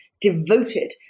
devoted